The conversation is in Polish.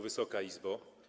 Wysoka Izbo!